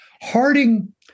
Harding